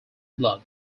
blood